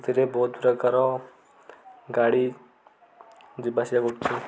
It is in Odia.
ସେଥିରେ ବହୁତ ପ୍ରକାର ଗାଡ଼ି ଯିବା ଆସିବା କରୁଛି